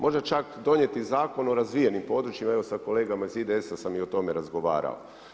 Možda čak donijeti Zakon o razvijenim područjima, evo sa kolegama iz IDS-a sam i o tome razgovarao.